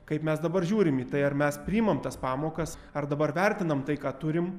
kaip mes dabar žiūrim į tai ar mes priimam tas pamokas ar dabar vertinam tai ką turim